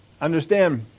Understand